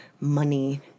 money